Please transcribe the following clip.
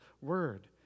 word